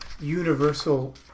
universal